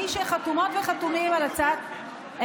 מי שחתומות וחתומים על הצעת,